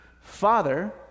Father